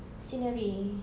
scenery